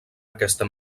aquesta